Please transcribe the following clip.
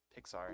pixar